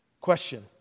Question